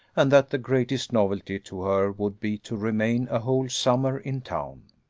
and that the greatest novelty to her would be to remain a whole summer in town.